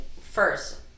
first